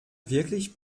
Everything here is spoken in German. wirklich